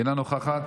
אינה נוכחת,